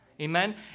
amen